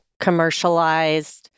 commercialized